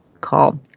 call